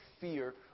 fear